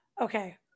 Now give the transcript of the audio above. Okay